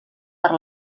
per